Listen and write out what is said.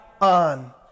on